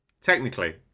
Technically